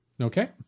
Okay